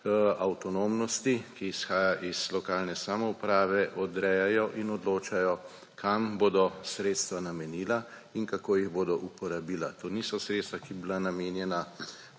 avtonomnosti, ki izhaja iz lokalne samouprave, odrejajo in odločajo, kam bodo sredstva namenila in kako jih bodo uporabila. To niso sredstva, ki bi bila namenjena